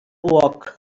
uoc